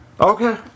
Okay